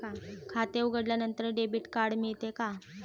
खाते उघडल्यानंतर debit card मिळते का?